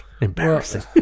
Embarrassing